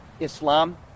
islam